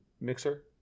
Mixer